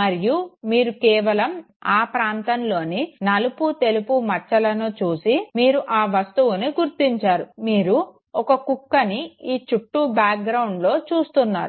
మరియు మీరు కేవలం ఆ ప్రాంతంలోని నలుపు తెలుపు మచ్చలను చూసి మీరు ఆ వస్తువుని గుర్తించారు మీరు ఒక కుక్కని ఈ చుట్టూ బ్యాక్ గ్రౌండ్ లో చూస్తున్నారు